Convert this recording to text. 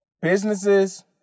businesses